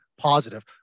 positive